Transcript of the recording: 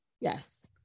Yes